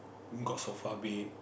got sofa bed